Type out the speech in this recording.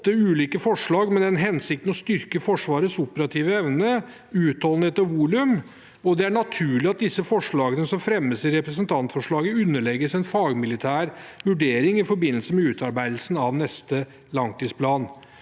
ulike forslag med den hensikten å styrke Forsvarets operative evne, utholdenhet og volum. Det er naturlig at de forslagene som fremmes i representantforslaget, underlegges en fagmilitær vurdering i forbindelse med utarbeidelsen av neste langtidsplan.